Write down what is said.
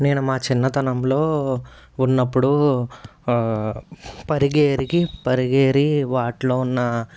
నేను మా చిన్నతనంలో ఉన్నప్పుడు పరిగి ఎరిగి పరిగి ఎరిగి వాటిలో ఉన్న